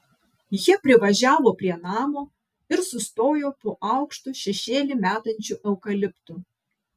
jie privažiavo prie namo ir sustojo po aukštu šešėlį metančiu eukaliptu